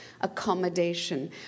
accommodation